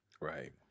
right